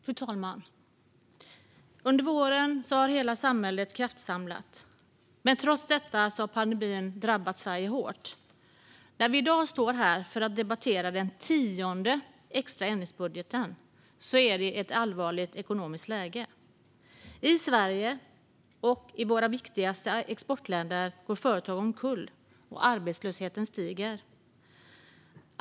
Fru talman! Under våren har hela samhället kraftsamlat. Trots detta har pandemin drabbat Sverige hårt. När vi i dag står här för att debattera den tionde extra ändringsbudgeten är det i ett allvarligt ekonomiskt läge. I Sverige och i våra viktigaste exportländer går företag omkull, och arbetslösheten stiger.